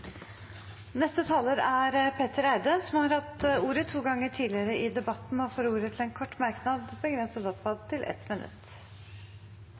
Petter Eide har hatt ordet to ganger tidligere i debatten og får ordet til en kort merknad, begrenset til 1 minutt.